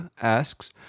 asks